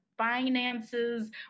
finances